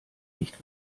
nicht